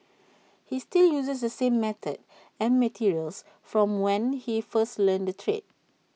he still uses the same method and materials from when he first learnt the trade